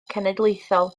cenedlaethol